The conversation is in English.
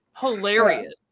hilarious